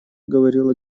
говорила